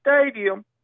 Stadium